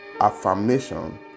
affirmation